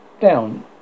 down